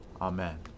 Amen